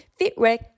FitRec